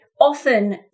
often